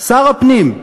שר הפנים,